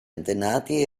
antenati